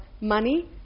money